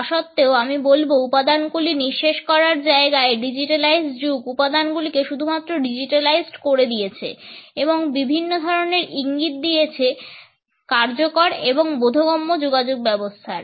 তা সত্ত্বেও আমি বলব উপাদানগুলি নিঃশেষ করার জায়গায় ডিজিটালাইজড যুগ উপাদানগুলিকে শুধুমাত্র ডিজিটালাইজড করে দিয়েছে এবং এটি বিভিন্ন ধরনের ইঙ্গিত দিয়েছে কার্যকর এবং বোধগম্য যোগাযোগ ব্যবস্থার